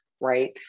right